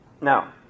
Now